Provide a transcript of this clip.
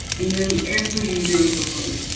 in nearly every region of the world,